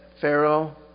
Pharaoh